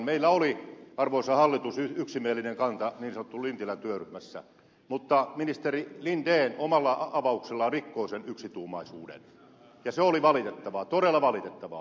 meillä oli arvoisa hallitus yksimielinen kanta niin sanotussa lintilän työryhmässä mutta ministeri linden omalla avauksellaan rikkoi sen yksituumaisuuden ja se oli valitettavaa todella valitettavaa